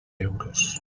euros